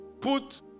Put